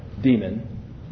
demon